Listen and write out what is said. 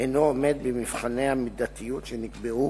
אינו עומד במבחני המידתיות שנקבעו